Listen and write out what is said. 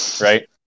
right